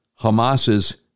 Hamas's